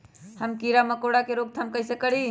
हम किरा मकोरा के रोक थाम कईसे करी?